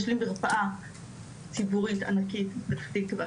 יש לי מרפאה ציבורית ענקית בפתח תקווה,